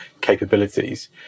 capabilities